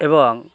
এবং